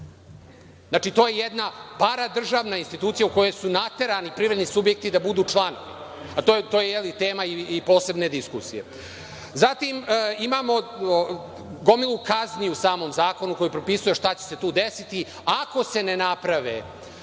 znači, to je jedna paradržavna institucija u kojoj su naterani privredni subjekti da budu član, a to je tema i posebne diskusije. Zatim, imamo gomilu kazni u samom zakonu, koji propisuje šta će se tu desiti ako se ne naprave